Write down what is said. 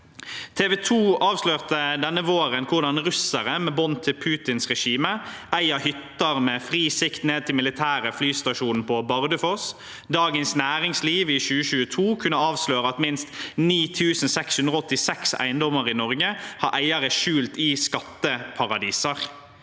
TV 2 avslørte denne våren hvordan russere med bånd til Putins regime eier hytter med fri sikt ned til den militære flystasjonen på Bardufoss. Dagens Næringsliv kunne i 2022 avsløre at minst 9 686 eiendommer i Norge har eiere skjult i skatteparadiser.